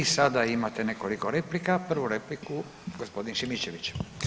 I sada imate nekoliko replika, prvu repliku gospodin Šimičević.